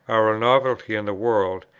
are a novelty in the world,